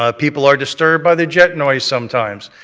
ah people are disturbed by the jet noise sometimes.